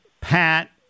Pat